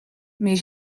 mais